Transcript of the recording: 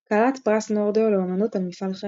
כלת פרס נורדאו לאמנות על מפעל חיים